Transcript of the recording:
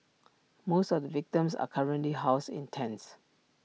most of the victims are currently housed in tents